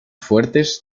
fuertes